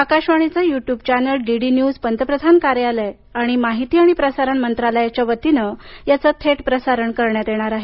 आकाशवाणीचे YouTube channel DD news पंतप्रधान कार्यालय आणि माहिती आणि प्रसारण मंत्रालयाच्या वतीनं याचे थेट प्रसारण करण्यात येणार आहे